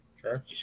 Sure